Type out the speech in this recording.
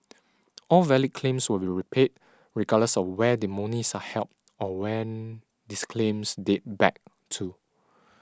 all valid claims will be repaid regardless of where the monies are held or when these claims date back to